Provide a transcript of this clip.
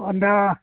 ಒಂದು